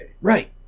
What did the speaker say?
Right